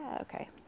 okay